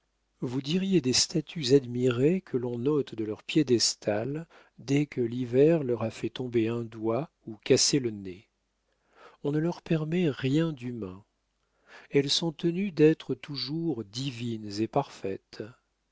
vous diriez des statues admirées que l'on ôte de leur piédestal dès que l'hiver leur a fait tomber un doigt ou cassé le nez on ne leur permet rien d'humain elles sont tenues d'être toujours divines et parfaites